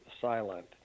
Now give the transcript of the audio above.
silent